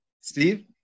Steve